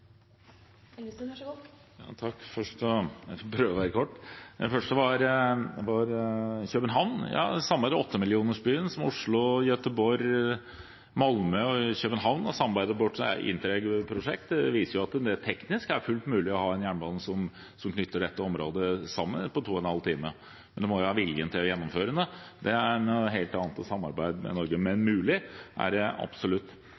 Elvestuen har hatt ordet to ganger tidligere og får ordet til en kort merknad, begrenset til 1 minutt. Jeg skal prøve å være kort. Først: Samarbeidet «8 millioners byen», Oslo–Gøteborg–Malmø–København, om et interregprosjekt viser at det teknisk er fullt mulig å ha en jernbane som knytter dette området sammen innenfor en reisetid på to og en halv time. Men det må være vilje til å gjennomføre det. Det er noe helt annet – i samarbeid med Norge. Men mulig er det absolutt.